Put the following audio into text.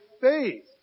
faith